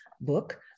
book